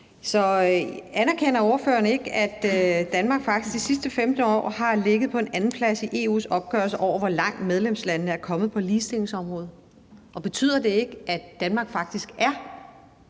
Anerkender ordføreren ikke, at Danmark faktisk de sidste 15 år har ligget på en andenplads i EU's opgørelse over, hvor langt medlemslandene er kommet på ligestillingsområdet? Og betyder det ikke, at Danmark faktisk er